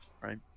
right